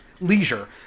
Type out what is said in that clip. leisure